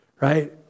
right